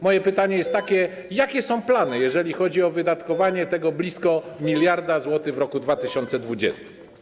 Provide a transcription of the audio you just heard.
Moje pytanie jest takie: Jakie są plany, jeżeli chodzi o wydatkowanie tego blisko miliarda złotych w roku 2020?